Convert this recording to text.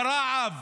ברעב,